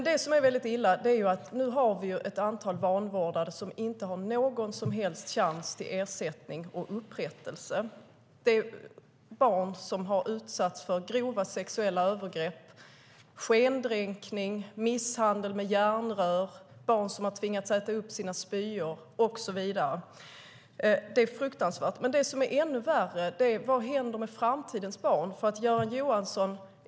Det som är illa är att vi nu har ett antal vanvårdade som inte har någon som helst chans att få ersättning och upprättelse. Det är barn som har utsatts för grova sexuella övergrepp, skendränkning, misshandel med järnrör, barn som har tvingats äta upp sina spyor och så vidare. Det är fruktansvärt. Men det som är ännu värre är: Vad händer med framtidens barn?